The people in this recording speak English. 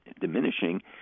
diminishing